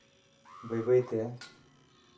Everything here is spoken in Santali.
ᱵᱟᱹᱭᱼᱵᱟᱹᱭᱛᱮ